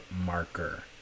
marker